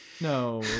No